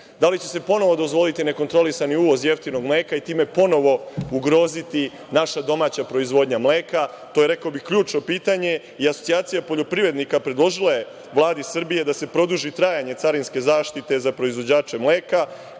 Da li će se ponovo dozvoliti nekontrolisani uvoz jeftinog mleka i time ponovo ugroziti naša domaća proizvodnja mleka? To je, rekao bih, ključno pitanje. Asocijacija poljoprivrednika je predložila Vladi Srbije da se produži trajanje carinske zaštite za proizvođače mleka,